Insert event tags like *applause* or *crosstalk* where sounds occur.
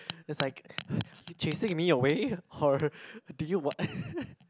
it's like *noise* chasing me away or do you what *laughs*